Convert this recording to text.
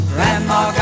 Grandma